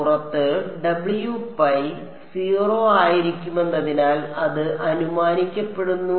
പുറത്ത് 0 ആയിരിക്കുമെന്നതിനാൽ അത് അനുമാനിക്കപ്പെടുന്നു